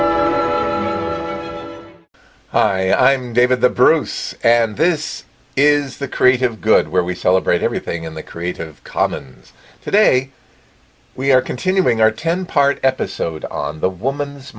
the hi i'm david the bruce and this is the creative good where we celebrate everything in the creative commons today we are continuing our ten part episode on the woman's